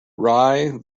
rye